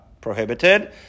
prohibited